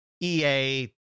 EA